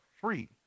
free